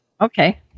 Okay